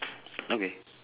okay